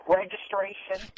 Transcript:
registration